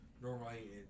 normally